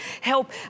help